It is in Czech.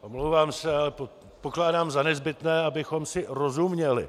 Omlouvám se, ale pokládám za nezbytné, abychom si rozuměli.